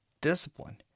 discipline